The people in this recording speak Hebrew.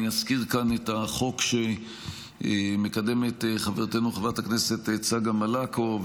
אני אזכיר כאן את החוק שמקדמת חברתנו חברת הכנסת צגה מלקו,